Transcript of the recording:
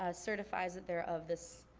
ah certifies that they're of this,